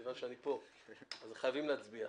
מכיוון שאני פה אז חייבים להצביע.